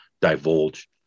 divulge